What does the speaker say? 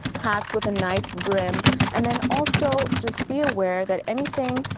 hats with a nice brim and then also just be aware that anything,